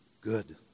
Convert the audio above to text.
good